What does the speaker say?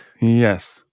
Yes